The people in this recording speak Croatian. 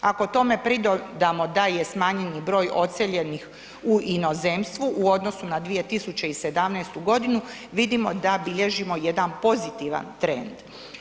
Ako tome pridodamo da je smanjeni broj odseljenih u inozemstvu u odnosu na 2017.g. vidimo da bilježimo jedan pozitivan trend.